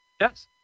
Yes